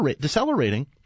decelerating